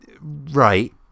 Right